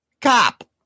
cop